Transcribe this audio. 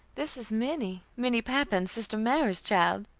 this is minnie, minnie pappan, sister mary's child.